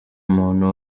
muntu